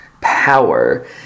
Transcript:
power